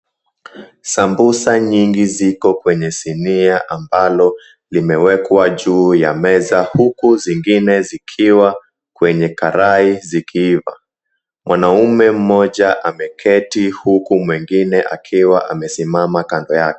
Sambusa nyingi ziko kwenye sinia ambalo limewekwa juu ya meza huku zingine zikiwa kwenye karai zikiiva. Mwanaume mmoja ameketi huku mwengine akiwa amesimama kando yake.